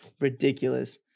Ridiculous